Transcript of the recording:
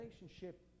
relationship